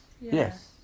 Yes